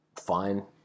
fine